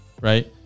Right